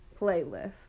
playlist